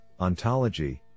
ontology